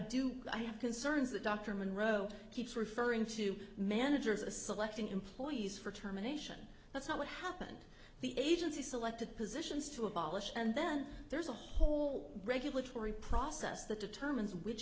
do i have concerns that dr munro keeps referring to managers a select employees for terminations that's not what happened the agency selected positions to abolish and then there's a whole regulatory process that determines which